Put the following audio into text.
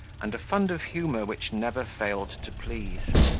and a fund of humour which never failed to please.